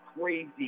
crazy